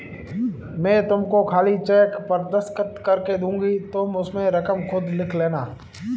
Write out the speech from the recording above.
मैं तुमको खाली चेक पर दस्तखत करके दूँगी तुम उसमें रकम खुद लिख लेना